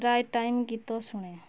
ପ୍ରାୟ ଟାଇମ୍ ଗୀତ ଶୁଣେ